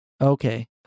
Okay